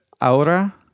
ahora